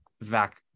vac